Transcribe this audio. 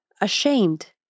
ashamed